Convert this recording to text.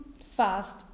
fast